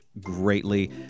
greatly